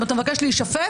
אם אתה מבקש להישפט,